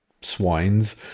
swines